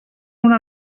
una